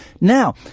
Now